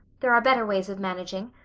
there are better ways of managing.